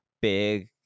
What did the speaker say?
big